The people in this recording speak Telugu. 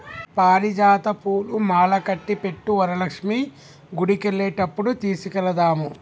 పారిజాత పూలు మాలకట్టి పెట్టు వరలక్ష్మి గుడికెళ్లేటప్పుడు తీసుకెళదాము